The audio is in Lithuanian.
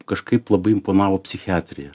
kažkaip labai imponavo psichiatrija